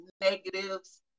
negatives